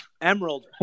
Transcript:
Emerald